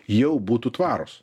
jau būtų tvarūs